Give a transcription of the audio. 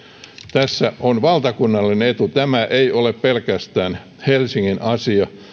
tässä on kyseessä valtakunnallinen etu tämä ei ole pelkästään helsingin asia